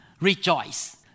rejoice